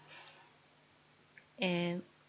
and